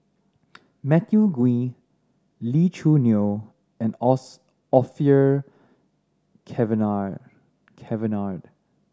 Matthew Ngui Lee Choo Neo and Orfeur Cavenagh Cavenagh